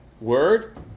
word